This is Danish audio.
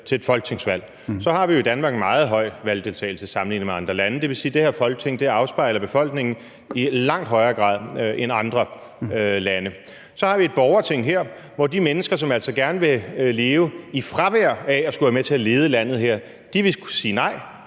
til et folketingsvalg, har vi jo i Danmark en meget høj valgdeltagelse sammenlignet med andre lande, og det vil sige, at det her Folketing afspejler befolkningen i langt højere grad end det er tilfældet i andre lande. Så har vi her et borgerting, hvor de mennesker, som altså gerne vil leve i fravær af at skulle være med til at lede landet, vil sige nej.